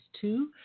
two